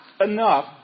enough